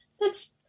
thats